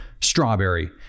strawberry